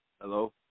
Hello